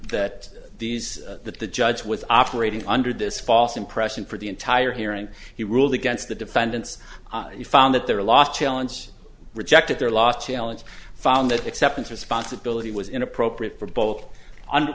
that these that the judge with operating under this false impression for the entire hearing he ruled against the defendants you found that their last challenge rejected their last challenge found that acceptance responsibility was inappropriate for both un